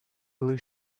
blue